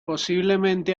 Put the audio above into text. posiblemente